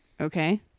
Okay